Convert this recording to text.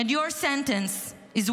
genitals and it didn't even move you one